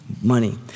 money